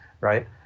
right